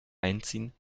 einziehen